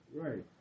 right